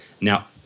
Now